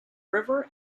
river